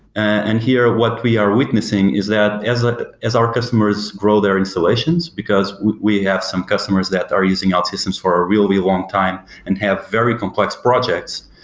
and here, what we are witnessing is that as ah as our customers grow their installations, because we have some customers that are using outsystems for a really, really long time and have very complex projects,